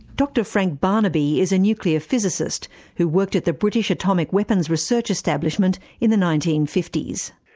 dr frank barnaby is a nuclear physicist who worked at the british atomic weapons research establishment in the nineteen fifty s.